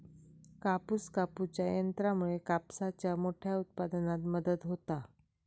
कापूस कापूच्या यंत्रामुळे कापसाच्या मोठ्या उत्पादनात मदत होता